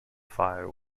fire